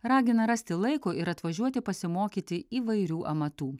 ragina rasti laiko ir atvažiuoti pasimokyti įvairių amatų